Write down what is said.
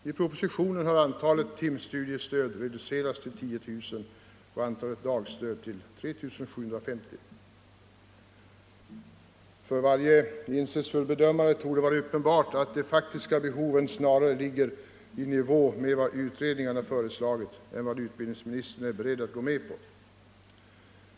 I propositionen har antalet timstudiestöd reducerats till 10 000 och antalet dagstöd till 3 750. För varje insiktsfull bedömare torde det vara uppenbart att de faktiska behoven snarare ligger i nivå med vad utredningarna föreslagit än vad utbildningsministern är beredd att gå med på.